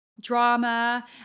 drama